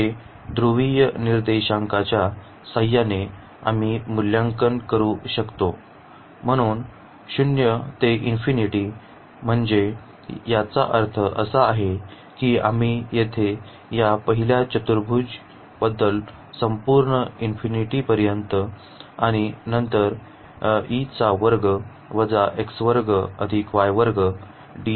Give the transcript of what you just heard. जे ध्रुवीय निर्देशांकाच्या सहाय्याने आम्ही मूल्यांकन करू शकतो म्हणून 0 ते ∞ म्हणजे याचा अर्थ असा आहे की आम्ही येथे या पहिल्या चतुर्भुज बद्दल संपूर्ण ∞ पर्यंत आणि नंतर बद्दल बोलत आहोत